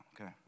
okay